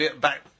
back